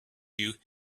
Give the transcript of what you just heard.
you